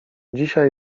dzisiaj